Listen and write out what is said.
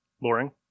Boring